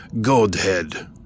Godhead